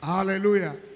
Hallelujah